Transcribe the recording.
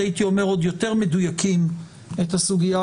המחוקק?